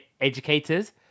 educators